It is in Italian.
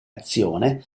creazione